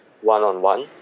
one-on-one